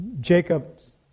Jacob's